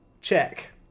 check